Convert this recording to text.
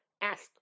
ask